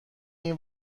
این